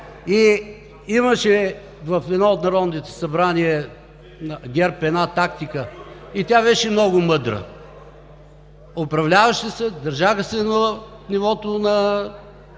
Имаше в едно от народните събрания на ГЕРБ една тактика и тя беше много мъдра – управляваше се, държаха се на нивото на